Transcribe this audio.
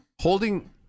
holding